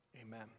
Amen